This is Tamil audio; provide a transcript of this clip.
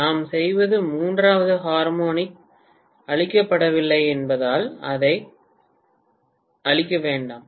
நாம் செய்வது மூன்றாவது ஹார்மோனிக் கொல்லப்படுவதல்ல அதைக் கொல்ல வேண்டாம்